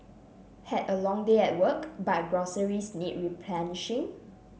had a long day at work but groceries need replenishing